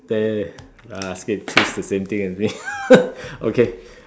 there uh scared choose the same thing as me okay